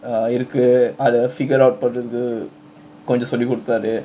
uh இருக்கு அத:irukku atha figure out பண்றதுக்கு கொஞ்ச சொல்லி குடுத்தாரு:panrathukku konja solli kuduthaaru